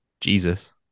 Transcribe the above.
Jesus